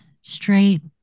straight